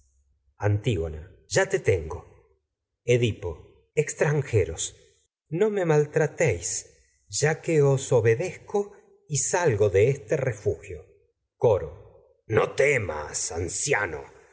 antígona ya te tengo edip en colonq edipo obedezco extranjeros y no me maltratéis ya que os salgo de este refugio no coro temas anciano